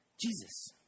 Jesus